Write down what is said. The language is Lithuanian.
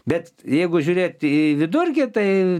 bet jeigu žiūrėti į vidurkį tai